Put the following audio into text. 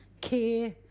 care